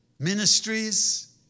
ministries